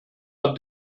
are